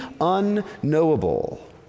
unknowable